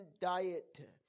diet